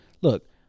look